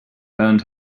earned